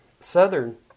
southern